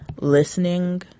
listening